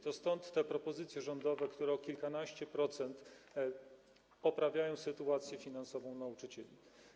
To stąd te propozycje rządowe, które o kilkanaście procent poprawiają sytuację finansową nauczycieli.